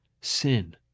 Sin